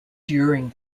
during